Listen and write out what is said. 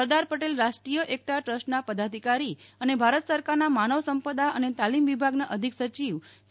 સરદાર પટેલ રાષ્ટ્રીય એકતા ટ્રસ્ટના પદાધિકારી અને ભારત સરકારના માનવ સંપદા અને તાલીમ વિભાગના અધિક સચિવ કે